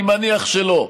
אני מניח שלא.